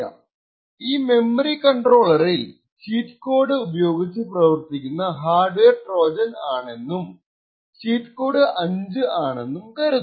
ഇപ്പോൾ ഈ മെമ്മറി കൺട്രോളറിൽ ചീറ്റ് കോഡ് ഉപയോഗിച്ച് പ്രവർത്തിക്കുന്ന ഹാർഡ്വെയർ ട്രോജൻ ആണെന്നും ചീറ്റ് കോഡ് 5 ആണെന്നും കരുതുക